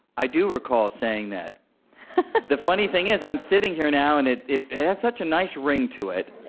i do recall saying that the funny thing is i'm sitting here now, and it it has such a nice ring to it.